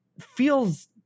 feels